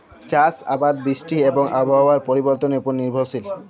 চাষ আবাদ বৃষ্টি এবং আবহাওয়ার পরিবর্তনের উপর নির্ভরশীল